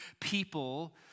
people